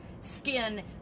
skin